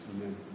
Amen